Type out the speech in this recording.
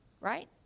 Right